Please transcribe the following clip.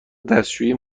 دستشویی